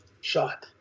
shot